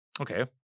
okay